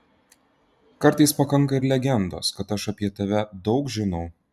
kartais pakanka ir legendos kad aš apie tave daug žinau